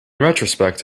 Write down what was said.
retrospect